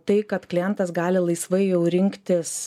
tai kad klientas gali laisvai jau rinktis